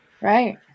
right